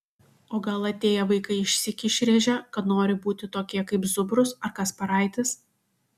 o gal atėję vaikai išsyk išrėžia kad nori būti tokie kaip zubrus ar kasparaitis